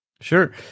Sure